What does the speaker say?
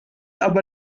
aber